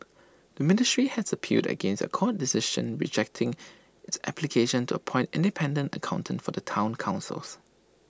the ministry had appealed against A court decision rejecting its application to appoint independent accountants for the Town Council